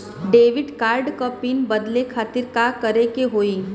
Debit card क PIN बदले खातिर का करेके होई?